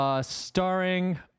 starring